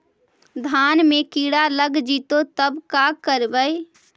धान मे किड़ा लग जितै तब का करबइ?